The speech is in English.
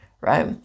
Right